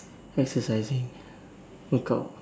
exercising work out